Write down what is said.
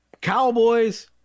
Cowboys